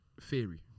theory